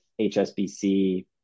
HSBC